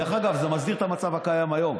דרך אגב, זה מסדיר את המצב הקיים היום,